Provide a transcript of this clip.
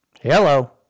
Hello